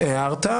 זה הגיע ב-22:15.